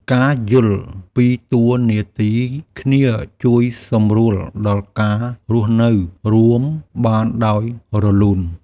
ការយល់ពីតួរនាទីគ្នាជួយសម្រួលដល់ការរស់នៅរួមបានដោយរលូន។